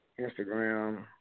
Instagram